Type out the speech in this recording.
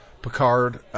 Picard